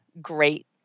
great